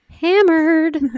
hammered